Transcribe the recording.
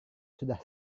sudah